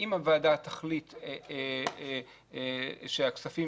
כל זה לא עניין של סמכות, זה עניין של סבירות.